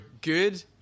good